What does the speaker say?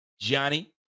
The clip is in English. Johnny